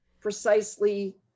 precisely